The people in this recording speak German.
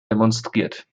demonstriert